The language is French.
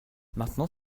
maintenant